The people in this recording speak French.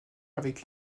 avec